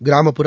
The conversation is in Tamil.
கிராமப்புற